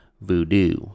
Voodoo